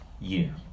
Year